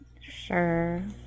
sure